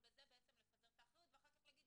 ובזה בעצם לפזר את האחריות ואחר כך להגיד,